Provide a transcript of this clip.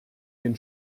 den